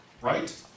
right